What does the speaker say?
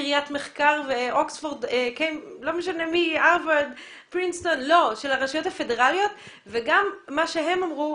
של קריית מחקר אלא של הרשויות הפדרליות וגם מה שהם אמרו,